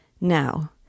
Now